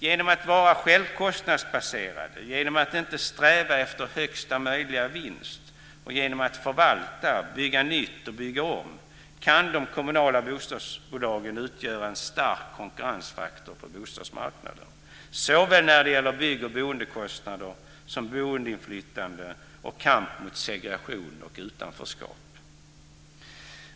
Genom att vara självkostnadsbaserade, genom att inte sträva efter högsta möjliga vinst och genom att förvalta, bygga nytt och bygga om, kan de kommunala bostadsbolagen utgöra en stark konkurrensfaktor på bostadsmarknaden när det gäller såväl bygg och boendekostnader som boinflytande och kamp mot segregation och utanförskap.